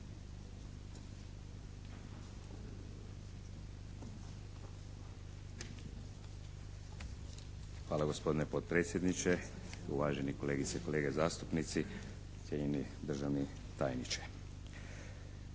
Hvala gospodine potpredsjedniče, uvažene kolegice i kolege zastupnici, cijenjeni državni tajniče.